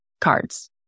cards